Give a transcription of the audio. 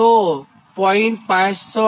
તો 0